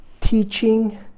teaching